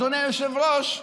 אדוני היושב-ראש,